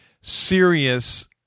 serious